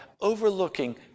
overlooking